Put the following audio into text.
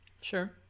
sure